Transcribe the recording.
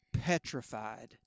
petrified